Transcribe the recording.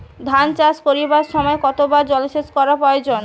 ধান চাষ করিবার সময় কতবার জলসেচ করা প্রয়োজন?